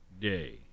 Day